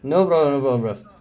no problem no problem